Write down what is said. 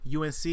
UNC